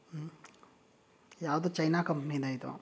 ಯಾವುದು ಚೈನಾ ಕಂಪ್ನಿದಾ ಇದು